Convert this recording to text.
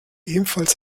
ebenfalls